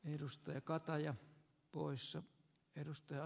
suoraan että ei käy